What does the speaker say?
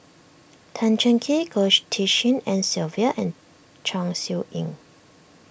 Tan Cheng Kee Goh Tshin En Sylvia and Chong Siew Ying